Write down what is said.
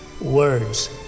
Words